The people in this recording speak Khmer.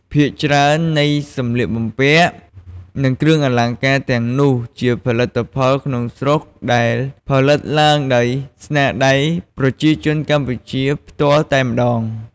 ភាគច្រើននៃសម្លៀកបំពាក់ និងគ្រឿងអលង្ការទាំងនោះជាផលិតផលក្នុងស្រុកដែលផលិតឡើងដោយស្នាដៃប្រជាជនកម្ពុជាផ្ទាល់តែម្តង។